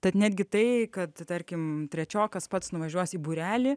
tad netgi tai kad tarkim trečiokas pats nuvažiuos į būrelį